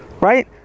right